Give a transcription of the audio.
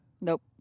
Nope